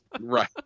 Right